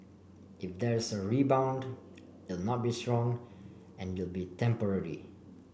if there's a rebound it'll not be strong and it'll be temporary